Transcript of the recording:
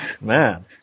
Man